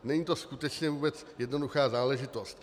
Není to skutečně vůbec jednoduchá záležitost.